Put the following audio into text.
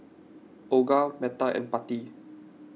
Olga Metta and Pattie